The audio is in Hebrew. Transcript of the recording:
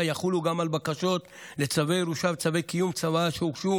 יחולו גם על בקשות לצווי ירושה וצווי קיום צוואה שהוגשו